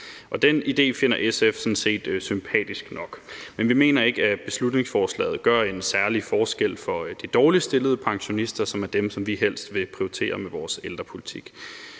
Den idé finder SF sådan set sympatisk nok, men vi mener ikke, at beslutningsforslaget gør en særlig forskel for de dårligst stillede pensionister, som er dem, vi helst vil prioritere med vores ældrepolitik.